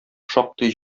шактый